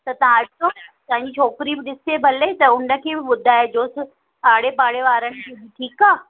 त तव्हां अचो तव्हां जी छोकिरी बि ॾिसे भले त उनखे बि ॿुधाइजोसि आड़े पाड़े वारनि खे बि ठीकु आहे